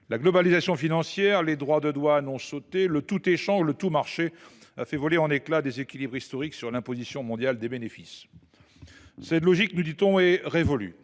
la globalisation financière, les droits de douane ont sauté. Le « tout marché » a fait voler en éclats les équilibres historiques concernant l’imposition mondiale des bénéfices. Cette logique, nous dit on, serait révolue